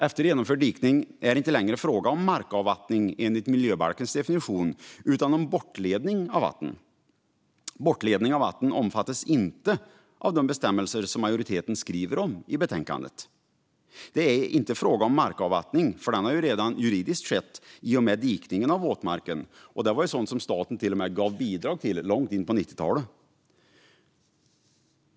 Efter genomförd dikning är det inte längre fråga om markavvattning enligt Miljöbalkens definition utan om bortledning av vatten. Bortledning av vatten omfattas inte av de bestämmelser som majoriteten skriver om i betänkandet. Det är inte fråga om markavvattning, för den har ju redan juridiskt skett i och med dikningen av våtmarken. Det var sådant som staten till och med gav bidrag till långt in på 90-talet.